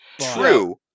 True